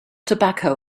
tobacco